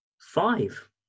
Five